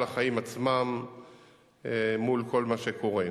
המציעים, כמובן,